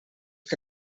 que